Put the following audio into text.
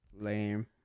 lame